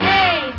Hey